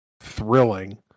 thrilling